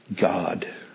God